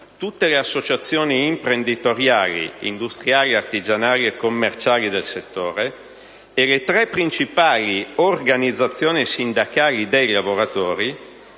tutte le associazioni imprenditoriali, industriali, artigianali e commerciali del settore e le tre principali organizzazioni sindacali dei lavoratori